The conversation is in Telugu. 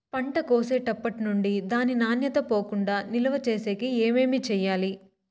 పంట కోసేటప్పటినుండి దాని నాణ్యత పోకుండా నిలువ సేసేకి ఏమేమి చేయాలి?